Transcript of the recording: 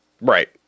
Right